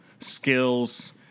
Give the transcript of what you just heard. skills